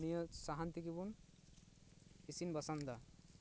ᱱᱤᱭᱟᱹ ᱥᱟᱦᱟᱱ ᱛᱮᱜᱮ ᱵᱚᱱ ᱤᱥᱤᱱ ᱵᱟᱥᱟᱝ ᱮᱫᱟ